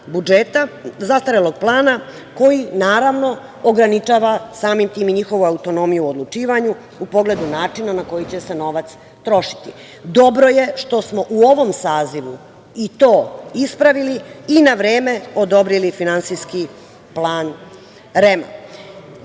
bazi zastarelog plana koji ograničava samim tim i njihovu autonomiju u odlučivanju u pogledu načina na koji će se novac trošiti. Dobro je što smo u ovom sazivu i to ispravili i na vreme odobrili finansijski plan